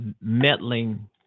meddling